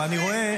אבל אני רואה,